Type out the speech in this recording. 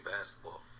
basketball